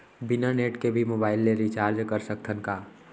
बिना नेट के भी मोबाइल ले रिचार्ज कर सकत हन का?